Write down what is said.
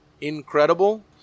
incredible